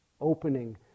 opening